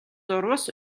зурвас